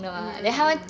mm mm